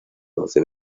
doce